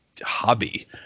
hobby